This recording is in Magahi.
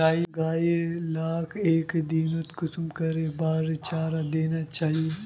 गाय लाक एक दिनोत कुंसम करे बार चारा देना चही?